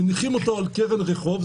מניחים אותו בקרן רחוב,